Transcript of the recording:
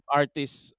artists